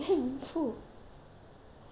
is damn dumb I got shocked